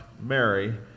Mary